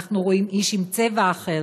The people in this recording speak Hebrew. אנחנו רואים איש עם צבע אחר,